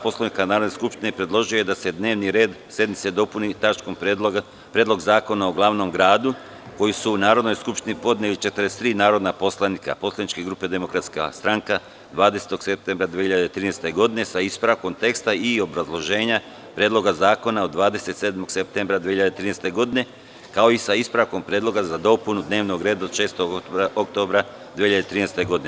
Poslovnika Narodne skupštine, predložio je da se dnevni red sednice dopuni tačkom – Predlog zakona o glavnom gradu, koji su Narodnoj skupštini podnela 43 narodna poslanika poslaničke grupe Demokratska stranka 20. septembra 2013. godine, sa ispravkom teksta i obrazloženja Predloga zakona od 27. septembra 2013. godine, kao i sa ispravkom Predloga za dopunu dnevnog reda od 6. oktobra 2013. godine.